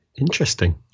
Interesting